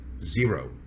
zero